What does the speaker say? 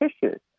tissues